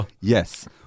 yes